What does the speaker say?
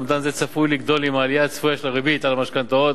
אומדן זה צפוי לגדול עם העלייה הצפויה של הריבית על משכנתאות